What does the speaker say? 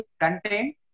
contain